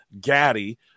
Gaddy